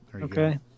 okay